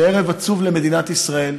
זה ערב עצוב למדינת ישראל,